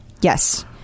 Yes